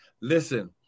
Listen